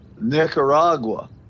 Nicaragua